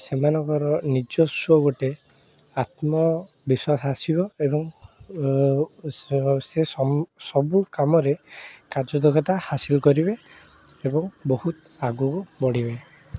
ସେମାନଙ୍କର ନିଜସ୍ୱ ଗୋଟେ ଆତ୍ମବିଶ୍ୱାସ ଆସିବ ଏବଂ ସେ ସବୁ କାମରେ କାର୍ଯ୍ୟଦକ୍ଷତା ହାସିଲ କରିବେ ଏବଂ ବହୁତ ଆଗକୁ ବଢ଼ିବେ